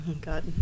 God